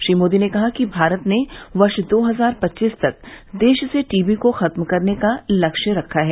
श्री मोदी ने कहा कि भारत ने वर्ष दो हजार पच्चीस तक देश से टीबी को खत्म करने का लक्ष्य रखा है